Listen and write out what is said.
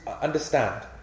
understand